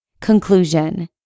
Conclusion